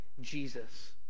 Jesus